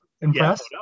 Impressed